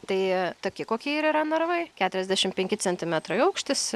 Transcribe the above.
tai tokie kokie ir yra narvai keturiasdešimt penki centimetrai aukštis